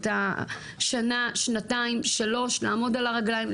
את השנה שנתיים שלוש לעמוד על הרגליים,